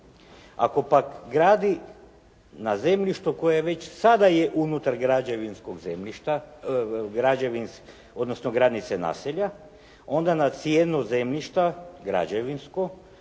Ako pak gradi na zemljištu koje već sada je unutar granice naselja, onda na cijenu zemljišta, građevinskog,